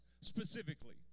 specifically